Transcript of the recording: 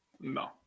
No